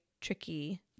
tricky